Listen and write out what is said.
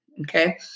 okay